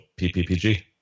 PPPG